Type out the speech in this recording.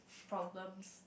problems